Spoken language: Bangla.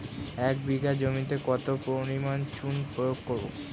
এক বিঘা জমিতে কত পরিমাণ চুন প্রয়োগ করব?